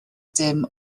dim